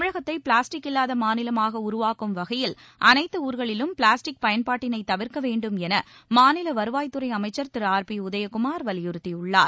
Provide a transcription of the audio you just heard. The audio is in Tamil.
தமிழகத்தை பிளாஸ்டிக் இல்லாத மாநிலமாக உருவாக்கும் வகையில் அனைத்து ஊர்களிலும் பிளாஸ்டிக் பயன்பாட்டினை தவிர்க்க வேண்டும் என மாநில வருவாய்த்துறை அமைச்சர் திரு ஆர் பி உதயகுமார் வலியுறுத்தியுள்ளார்